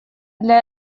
для